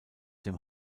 dem